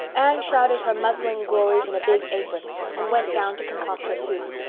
anne shrouded her muslin glories in a big apron and went down to concoct her soup.